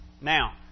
Now